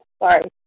Sorry